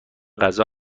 غذا